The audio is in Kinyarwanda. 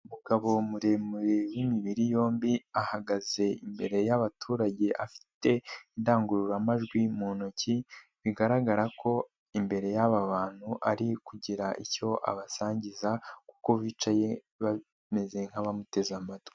Umugabo muremure w'imibiri yombi ahagaze imbere y'abaturage afite indangururamajwi mu ntoki, bigaragara ko imbere y'aba bantu ari kugira icyo abasangiza kuko bicaye bameze nk'abamuteze amatwi.